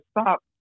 stop